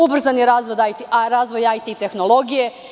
Ubrzan je razvoj AT tehnologije.